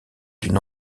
d’une